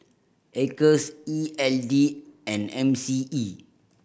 Acres E L D and M C E